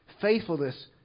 faithfulness